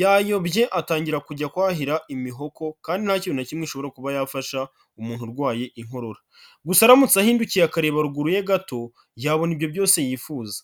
yayobye atangira kujya kuhira imihoko kandi nta kintu na kimwe ishobora kuba yafasha umuntu urwaye inkorora. Gusa aramutse ahindukiye akareba ruguru ye gato yabona ibyo byose yifuza.